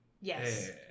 Yes